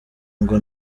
ngo